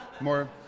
more